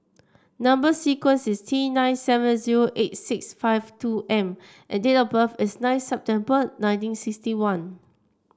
number sequence is T nine seven zero eight six five two M and date of birth is nine September nineteen sixty one